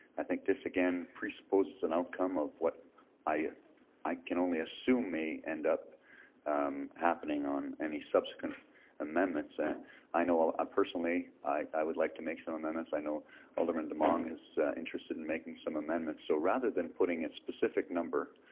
i think this again presupposes an outcome of what i i can only assume may end up happening on any subsequent amendments. and i know ah ah personally, i would like to make some amendments. i know alderman demong is interested in making some amendments so rather than putting a specific number,